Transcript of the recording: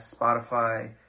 Spotify